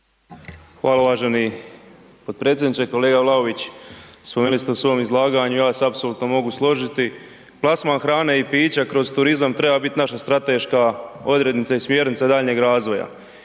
Hvala uvaženi potpredsjedniče. Kolega Vlaović, spomenuli ste u svom izlaganju, ja se apsolutno mogu složiti, plasman hrane i pića kroz turizam treba bit naša strateška odrednica i smjernica daljnjeg razvoja